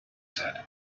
said